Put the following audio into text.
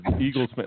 Eagles